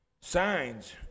signs